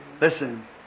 Listen